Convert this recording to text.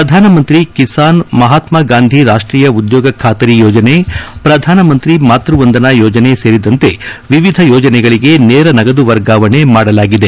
ಪ್ರಧಾನಮಂತ್ರಿ ಕಿಸಾನ್ ಮಹತ್ನಾಗಾಂಧಿ ರಾಷ್ಷೀಯ ಉದ್ಲೋಗ ಬಾತರಿ ಯೋಜನೆ ಪ್ರಧಾನಮಂತ್ರಿ ಮಾತ್ಯವಂದನಾ ಯೋಜನಾ ಸೇರಿದಂತೆ ವಿವಿಧ ಯೋಜನೆಗಳಿಗೆ ನೇರ ನಗದು ವರ್ಗಾವಣೆ ಮಾಡಲಾಗಿದೆ